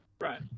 right